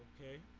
Okay